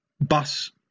bus